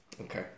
Okay